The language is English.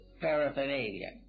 paraphernalia